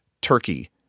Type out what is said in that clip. turkey